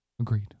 Agreed